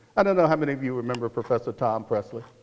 i don't know how many of you remember professor tom presley.